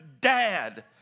dad